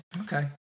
Okay